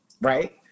right